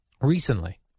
Recently